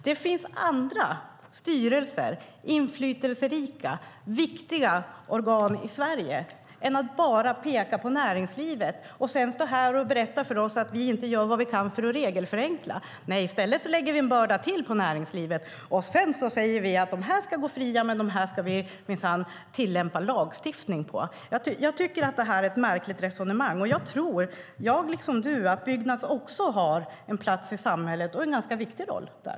Det finns andra styrelser och inflytelserika och viktiga organ i Sverige att peka på i stället för bara näringslivet och sedan stå här och berätta för oss att vi inte gör vad vi kan för att regelförenkla. Nej, i stället lägger vi en börda till på näringslivet. Sedan säger vi att de här ska gå fria, men de andra ska vi minsann tillämpa lagstiftning på. Jag tycker att det här är ett märkligt resonemang. Och jag liksom du tror att Byggnads också har en plats i samhället och en ganska viktig roll där.